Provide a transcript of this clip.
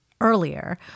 earlier